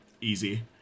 Easy